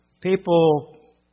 people